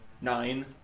nine